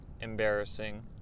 embarrassing